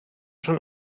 schon